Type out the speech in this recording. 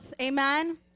Amen